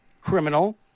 criminal